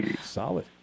Solid